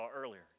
earlier